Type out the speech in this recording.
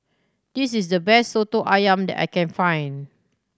this is the best Soto Ayam that I can find